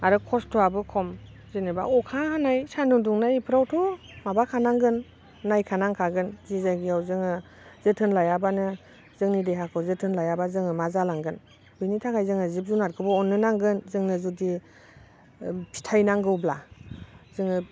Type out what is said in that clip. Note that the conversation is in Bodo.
आरो खस्थ'आबो खम जेनेबा अखा हानाय सान्दुं दुंनाय बेफ्रावथ' माबाखानांगोन नायखा नांखागोन जे जायगायाव जोङो जोथोन लायाबानो जोंनि देहाखौ जोथोन लायाबा जोङो मा जालांगोन बिनि थाखाय जोङो जिब जुनारखौ अननो नांगोन जोङो जुदि फिथाइ नांगौब्ला जोङो